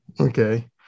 Okay